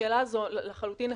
השאלה הזו לחלוטין נכונה.